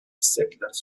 settlers